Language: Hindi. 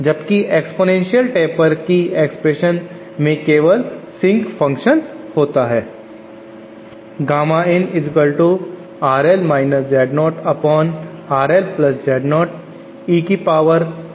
जबकि एक्स्पोनेंशियल टेपर की एक्सप्रेशन में केवल एक सिंक फंक्शन होता है